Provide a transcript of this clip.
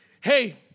hey